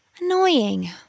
Annoying